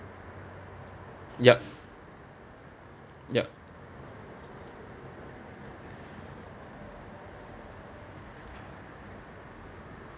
yup yup